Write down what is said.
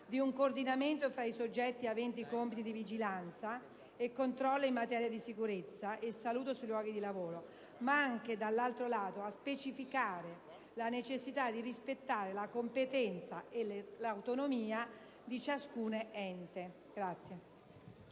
di un coordinamento fra i soggetti aventi compiti di vigilanza e controllo in materia di sicurezza e salute nei luoghi di lavoro, ma dall'altro lato anche a specificare la necessità di rispettare la competenza e l'autonomia di ciascun ente.